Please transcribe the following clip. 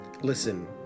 listen